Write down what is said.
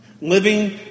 Living